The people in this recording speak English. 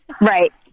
right